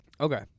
Okay